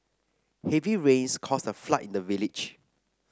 heavy rains caused a flood in the village